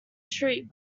street